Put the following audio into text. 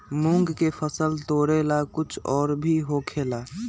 मूंग के फसल तोरेला कुछ और भी होखेला?